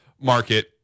market